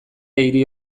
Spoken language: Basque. hiri